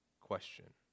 question